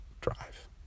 Drive